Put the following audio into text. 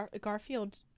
Garfield